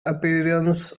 appearance